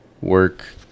work